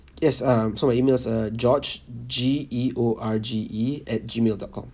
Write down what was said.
yes um so my email is uh george G E O R G E at gmail dot com